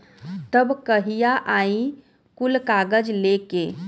तब कहिया आई कुल कागज़ लेके?